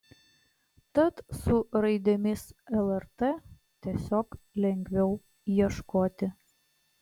tad su raidėmis lrt tiesiog lengviau ieškoti